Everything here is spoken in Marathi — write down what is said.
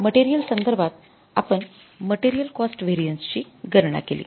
मटेरियल संदर्भात आपण मटेरियल कॉस्ट व्हेरिएन्स ची गणना केली